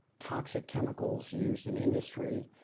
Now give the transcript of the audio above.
toxic chemicals used in industry,